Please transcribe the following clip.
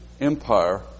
Empire